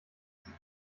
sie